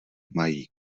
mají